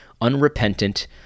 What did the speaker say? unrepentant